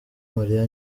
mariya